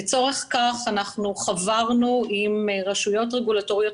לצורך כך אנחנו חברנו לרשויות רגולטוריות